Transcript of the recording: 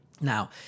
Now